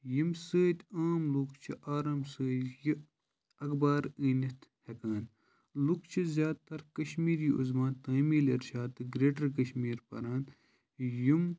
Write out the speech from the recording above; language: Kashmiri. ییٚمہِ سۭتۍ عام لُکھ چھِ آرام سۭتۍ یہِ اخبار أنِتھ ہٮ۪کان لُکھ چھِ زیادٕ تَر کَشمیٖری عُزوان تعمیٖل اِرشاد تہٕ گرٛیٹَر کَشمیٖر پَران یِم